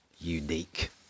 Unique